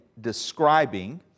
describing